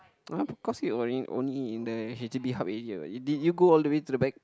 of course you only only in the H_D_B hub area did you go all the way to the back